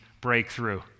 breakthrough